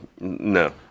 no